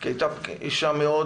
כי הייתה פגישה מאוד